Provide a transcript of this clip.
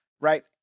right